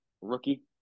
Rookie